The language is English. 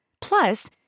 Plus